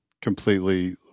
completely